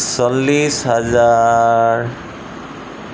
চল্লিছ হাজাৰ